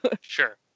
Sure